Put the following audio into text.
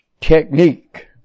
Technique